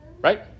right